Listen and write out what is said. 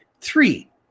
Three